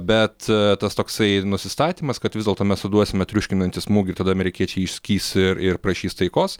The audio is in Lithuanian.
bet tas toksai nusistatymas kad vis dėlto mes suduosime triuškinantį smūgį ir tada amerikiečiai išskys ir ir prašys taikos